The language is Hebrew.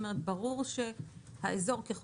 ברור שהאזור חייב להיקבע